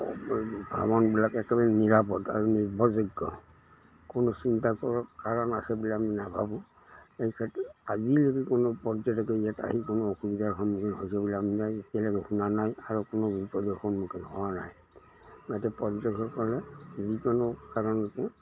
এই ভ্ৰমণবিলাক একেবাৰে নিৰাপদ আৰু নিৰ্ভযোগ্য কোনো চিন্তা কৰক কাৰণ আছে বুলি আমি নাভাবোঁ এই ক্ষেত্ৰত আজিলৈকে কোনো পৰ্যটকে ইয়াত আহি কোনো অসুবিধাৰ সন্মুখীন হৈছে বুলি আমি নাই একেলগে শুনা নাই আৰু কোনো বিপদৰ সন্মুখীন হোৱা নাই ইয়াতে পৰ্যটকসকলে যিকোনো কাৰণতে